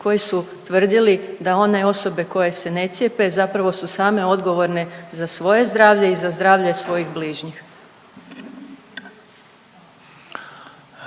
koji su tvrdili da one osobe koje se ne cijepe, zapravo su same odgovorne za svoje zdravlje i za zdravlje svojih bližnjih.